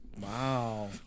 Wow